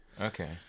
Okay